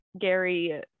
Gary